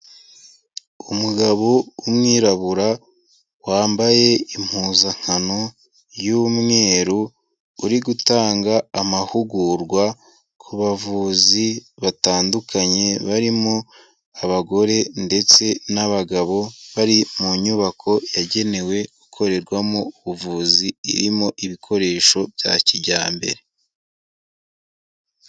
Umugabo w'umwirabura wambaye impuzankano y'umweru, uri gutanga amahugurwa ku bavuzi batandukanye barimo abagore ndetse n'abagabo. Bari mu nyubako yagenewe gukorerwamo ubuvuzi irimo ibikoresho bya kijyambere.